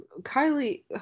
Kylie